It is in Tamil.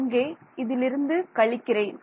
நான் இங்கே இதிலிருந்து கழிக்கிறேன்